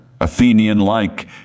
Athenian-like